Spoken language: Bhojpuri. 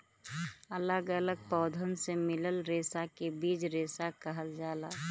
अलग अलग पौधन से मिलल रेसा के बीज रेसा कहल जाला